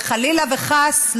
וחלילה וחס,